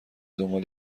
دنبال